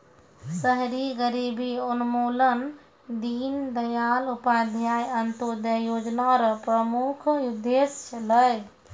शहरी गरीबी उन्मूलन दीनदयाल उपाध्याय अन्त्योदय योजना र प्रमुख उद्देश्य छलै